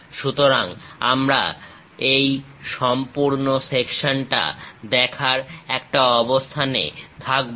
সুতরাং আমরা এই সম্পূর্ণ সেকশনটা দেখার একটা অবস্থানে থাকবো